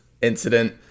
incident